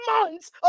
months